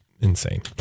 insane